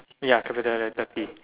ya capital letter P